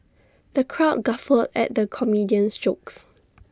the crowd guffawed at the comedian's jokes